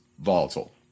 volatile